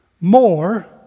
more